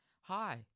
Hi